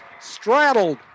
straddled